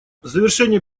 завершение